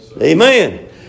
Amen